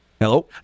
hello